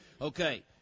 Okay